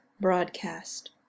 broadcast